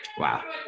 Wow